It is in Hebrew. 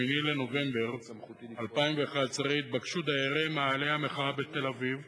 ב-8 בנובמבר 2011 התבקשו דיירי מאהלי המחאה בתל-אביב